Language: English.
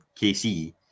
KC